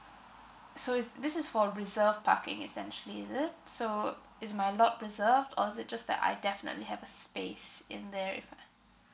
so is this is for reserved parking essentially is it so is my lot preserved or is it just that I definitely have a space in there if I